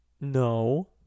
No